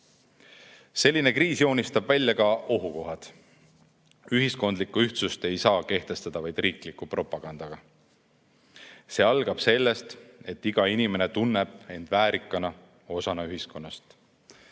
kriis joonistab välja ka ohukohad. Ühiskondlikku ühtsust ei saa kehtestada vaid riikliku propagandaga. See algab sellest, et iga inimene tunneb end väärikana, osana ühiskonnast.